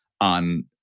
on